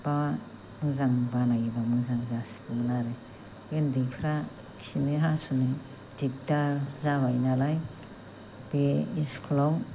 बा मोजां बानायोबा मोजां जासिगौमोन आरो उन्दैफोरा खिनो हासुनो दिग्दार जाबाय नालाय बे स्कुलाव